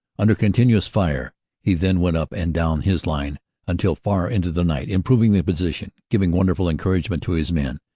under continuous fire he then went up and down his line until far into the night, improving the position, giving wonderful encouragement to his men,